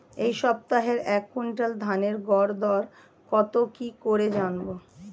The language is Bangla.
এই সপ্তাহের এক কুইন্টাল ধানের গর দর কত কি করে জানবো?